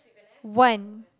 one